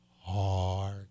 hard